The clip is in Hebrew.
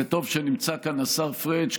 וטוב שנמצא כאן השר פריג',